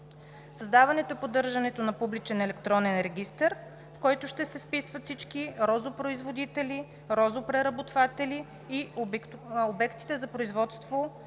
създаването и поддържането на публичен електронен регистър, в който ще се вписват всички розопроизводители, розопреработватели и обектите за производство